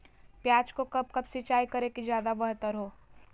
प्याज को कब कब सिंचाई करे कि ज्यादा व्यहतर हहो?